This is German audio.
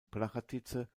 prachatice